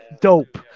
dope